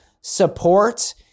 support